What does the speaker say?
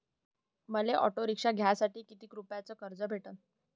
मले auto rickshaw घ्यासाठी कितीक रुपयाच कर्ज भेटनं?